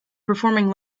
performing